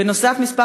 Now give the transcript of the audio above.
נוסף על כך,